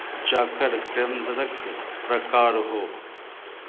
जकर केंद्रक प्रकार हो